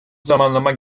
zamanlama